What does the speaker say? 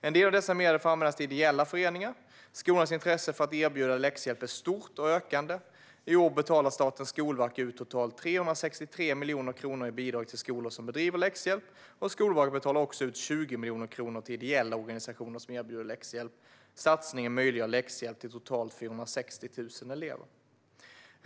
En del av dessa medel får användas till ideella föreningar. Skolornas intresse för att erbjuda läxhjälp är stort och ökar. I år betalar Statens skolverk ut totalt 363 miljoner kronor i bidrag till skolor som bedriver läxhjälp. Skolverket betalar också ut 20 miljoner kronor till ideella organisationer som erbjuder läxhjälp. Satsningen möjliggör läxhjälp till totalt 460 000 elever.